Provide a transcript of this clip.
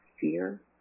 fear